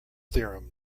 theorem